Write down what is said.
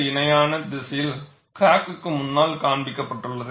இணையான திசையில் க்ராக்குக் முன்னால் காண்பிக்கப்பட்டுள்ளது